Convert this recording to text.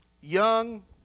Young